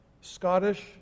Scottish